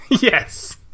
Yes